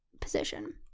position